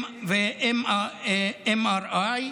MRI,